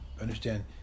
understand